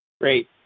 Great